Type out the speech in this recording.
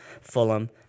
Fulham